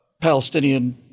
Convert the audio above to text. Palestinian